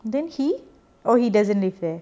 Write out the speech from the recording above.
then he oh he doesn't live there